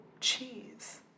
cheese